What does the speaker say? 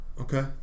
Okay